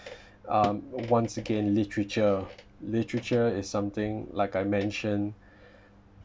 um once again literature literature is something like I mentioned